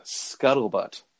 scuttlebutt